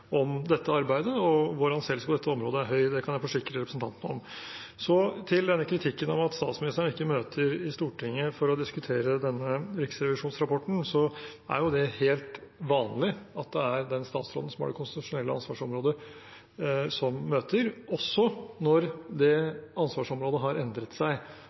om dette arbeidet, og vår anseelse på dette området er høy. Det kan jeg forsikre representanten om. Når det gjelder kritikken av at statsministeren ikke møter i Stortinget for å diskutere denne riksrevisjonsrapporten, er det helt vanlig at det er den statsråden som har det konstitusjonelle ansvarsområdet, som møter, også når det ansvarsområdet har endret seg.